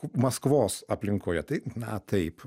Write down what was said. maskvos aplinkoje tai na taip